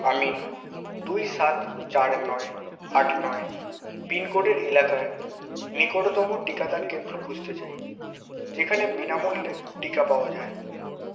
আমি দুই সাত চার নয় আট নয় পিনকোডের এলাকায় নিকটতম টিকাদান কেন্দ্র খুঁজতে চাই যেখানে বিনামূল্যে টিকা পাওয়া যায়